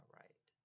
right